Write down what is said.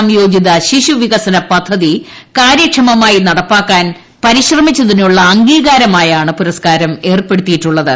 സംയോജിത ശിശുവികസന പദ്ധതി കാര്യക്ഷമമായി നടപ്പാക്കാൻ പരിശ്രമിച്ചതിനുള്ള അംഗീകാരമായാണ് പുരസ്കാരം ഏർപ്പെടുത്തിയിട്ടുള്ളത്